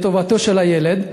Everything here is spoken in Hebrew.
לטובתו של הילד,